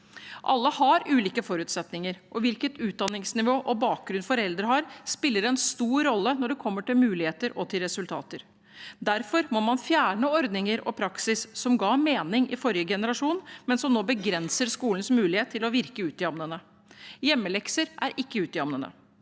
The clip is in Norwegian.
Alle har ulike forutsetninger, og hvilket utdanningsnivå og hvilken bakgrunn foreldrene har, spiller en stor rolle når det gjelder muligheter og resultater. Derfor må man fjerne ordninger og praksis som ga mening i forrige generasjon, men som nå begrenser skolens mulighet til å virke utjevnende. Hjemmelekser er ikke utjevnende